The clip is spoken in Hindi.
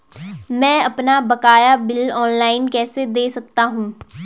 मैं अपना बकाया बिल ऑनलाइन कैसे दें सकता हूँ?